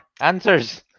answers